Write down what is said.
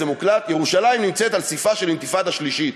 וזה מוקלט: ירושלים נמצאת על ספה של אינתיפאדה שלישית.